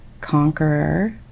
conqueror